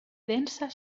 densa